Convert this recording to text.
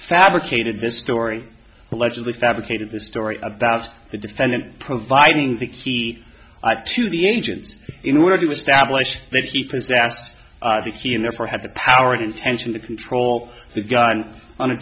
fabricated this story allegedly fabricated the story about the defendant providing the key to the agents in order to establish that he possessed and therefore had the power of intention to control the